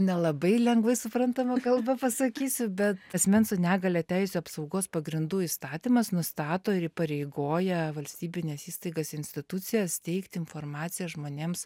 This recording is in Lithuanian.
nelabai lengvai suprantama kalba pasakysiu bet asmens su negalia teisių apsaugos pagrindų įstatymas nustato ir įpareigoja valstybines įstaigas institucijas teikt informaciją žmonėms